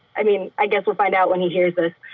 i mean, i guess we'll find out when he hears but ah